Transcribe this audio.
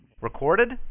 Recorded